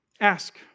Ask